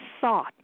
thought